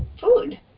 food